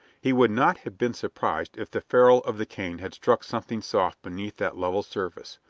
he would not have been surprised if the ferrule of the cane had struck something soft beneath that level surface.